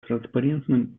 транспарентным